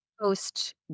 post